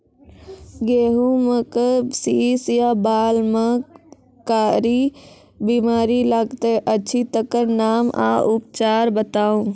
गेहूँमक शीश या बाल म कारी बीमारी लागतै अछि तकर नाम आ उपचार बताउ?